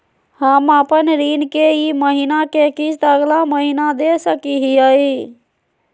हम अपन ऋण के ई महीना के किस्त अगला महीना दे सकी हियई?